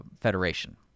Federation